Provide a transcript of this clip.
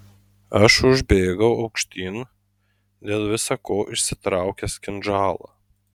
aš užbėgau aukštyn dėl visa ko išsitraukęs kinžalą